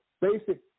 basic